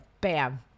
bam